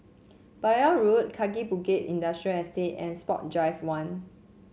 Balmoral Road Kaki Bukit Industrial Estate and Sport Drive One